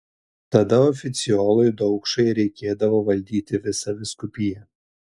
tada oficiolui daukšai reikėdavo valdyti visą vyskupiją